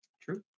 True